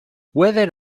whether